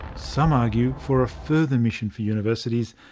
some argue for a further mission for universities,